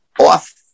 off